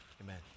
amen